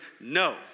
no